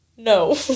No